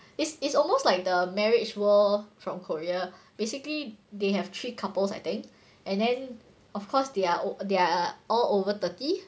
it's it's almost like the marriage war from Korea basically they have three couples I think and then of course they're they're all over thirty